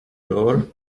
door